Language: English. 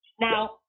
Now